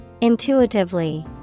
Intuitively